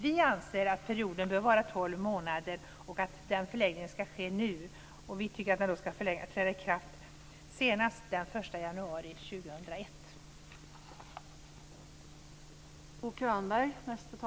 Vi anser att perioden bör vara tolv månader och att förlängningen ska ske nu och träda i kraft senast den 1 januari 2001.